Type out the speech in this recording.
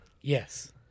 Yes